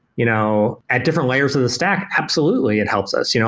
you know at different layers of the stack, absolutely, it helps us. you know